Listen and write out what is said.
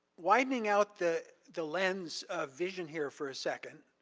widening out the the lens vision here for a second.